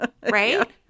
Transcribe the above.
Right